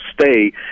stay